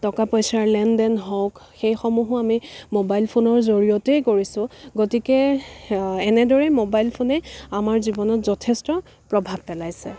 টকা পইচাৰ লেন দেন হওক সেই সমূহো আমি মোবাইল ফোনৰ জৰিয়তেই কৰিছোঁ গতিকে এনেদৰেই মোবাইল ফোনেই আমাৰ জীৱনত যথেষ্ট প্ৰভাৱ পেলাইছে